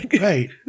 right